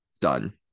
done